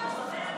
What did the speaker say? השיתופיות (מספר בתי אב ביישוב קהילתי),